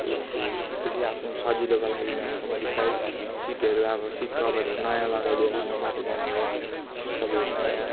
त्योपिच्छे त्यो चाहिँ आफ्नो सजिलोको लागि हलका मोडिफाई सिटहरू अब सिट कभरहरू नयाँ लगाइदियो लामो बाटो जाने हो सिट कभर नयाँ